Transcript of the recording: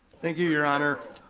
thank you your honor.